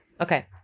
Okay